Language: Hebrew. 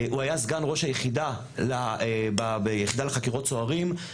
הוא היה סגן ראש היחידה ביחידה לחקירות סוהרים,